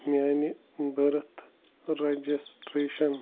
میٛانہِ birth registration